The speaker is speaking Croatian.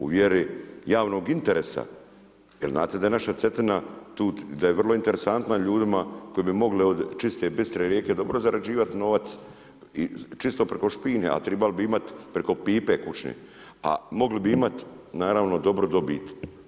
U vjeri javnog interesa jer znate da je naša Cetina tud i vrlo da je interesantna ljudima koji bi mogli od čiste bistre rijeke dobro zarađivati novac i čisto preko … a trebali bi imati preko pipe kućne, a mogle bi imati naravno dobru dobit.